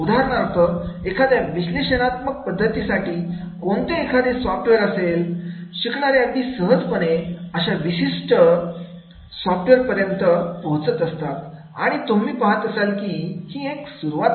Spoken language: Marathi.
उदाहरणार्थ एखाद्या विश्लेषणात्मक पद्धतीसाठी कोणते एकादस सॉफ्टवेअर असेल तर शिकणारे अगदी सहजपणे अशा विशिष्ट आतापर्यंत पोहोचत असतात आणि तुम्ही पहात असाल की ही एक सुरुवात आहे